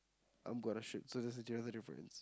I'm gonna shoot so thats the other difference